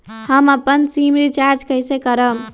हम अपन SIM recharge कइसे करम?